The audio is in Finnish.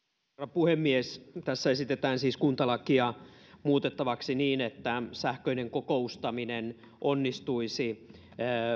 puhemies tässä esitetään siis kuntalakia muutettavaksi niin että sähköinen kokoustaminen onnistuisi